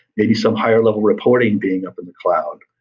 maybe some higher level reporting being up in the cloud.